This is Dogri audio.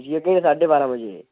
पुज्जी जाह्गे साड्डे बारां बजे